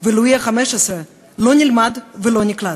ולואי ה-15 לא נלמד ולא נקלט.